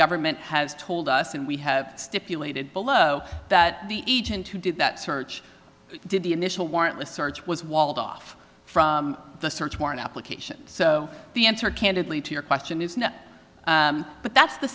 government has told us and we have stipulated below that the agent who did that search did the initial warrantless search was walled off from the search warrant application so the answer candidly to your question is no but that's the